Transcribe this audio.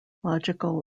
logical